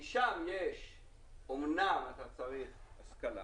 כי שם אמנם אתה צריך השכלה,